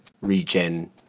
regen